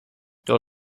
door